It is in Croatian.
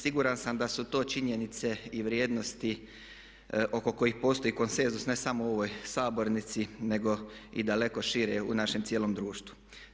Siguran sam da su to činjenice i vrijednosti oko kojih postoji konsenzus ne samo u ovoj sabornici nego i daleko šire u našem cijelom društvu.